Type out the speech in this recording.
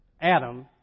Adam